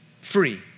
free